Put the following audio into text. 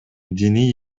диний